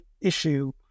issue